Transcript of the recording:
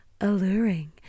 alluring